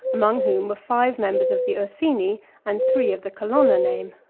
among whom were five members of the ursini and three of the colonna name.